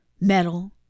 metal